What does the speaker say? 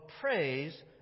praise